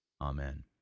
amen